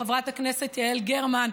חברת הכנסת יעל גרמן,